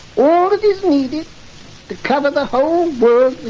all that is needed to cover the whole world